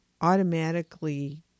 automatically